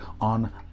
on